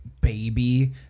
baby